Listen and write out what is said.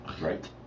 Right